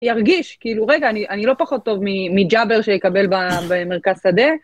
ירגיש, כאילו, רגע, אני לא פחות טוב מג'אבר שיקבל במרכז שדה.